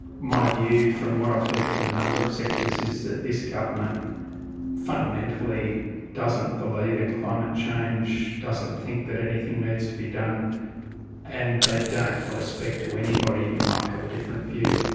my view from what i've heard from a number of sectors is that this government fundamentally doesn't believe in climate change, doesn't think that anything needs to be done and they don't want to speak to anybody who might have a different view.